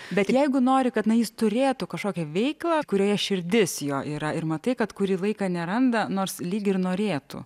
bet jeigu nori kad na jis turi kažkokią veiklą kurioje širdis jo yra ir matai kad kurį laiką neranda nors lyg ir norėtų